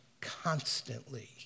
constantly